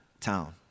town